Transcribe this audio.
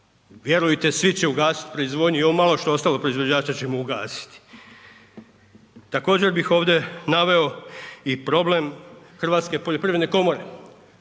vjerujte svi će ugasit proizvodnju i ovo malo što je ostalo proizvođača ćemo ugasiti. Također bih ovdje naveo i problem Hrvatske poljoprivredne komore